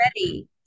ready